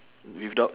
without